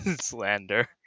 Slander